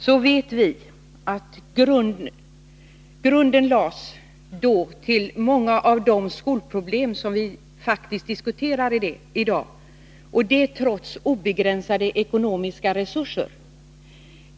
Vi vet att grunden då, trots obegränsade ekonomiska resurser, lades till många av de skolproblem som vi diskuterar i dag.